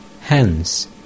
Hence